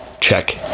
check